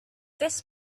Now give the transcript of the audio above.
this